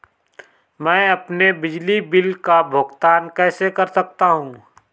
मैं अपने बिजली बिल का भुगतान कैसे कर सकता हूँ?